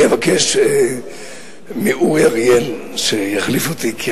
אני אבקש מאורי אריאל שיחליף אותי.